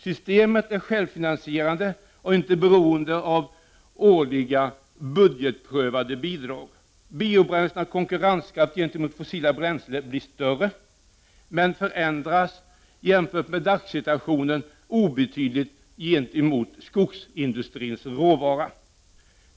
Systemet är självfinansierande och inte beroende av årliga budgetprövade bidrag. Biobränslenas konkurrenskraft gentemot fossila bränslen blir större, men den förändras jämfört med dagssituationen obetydligt gentemot skogsindustrins råvara.